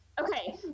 Okay